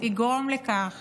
תגרום לכך